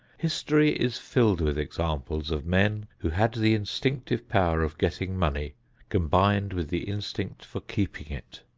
history is filled with examples of men who had the instinctive power of getting money combined with the instinct for keeping it.